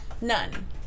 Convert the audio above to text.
None